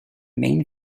main